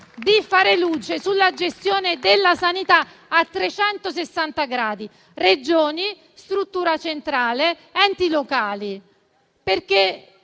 di fare luce sulla gestione della sanità a 360 gradi: Regioni, struttura centrale, enti locali.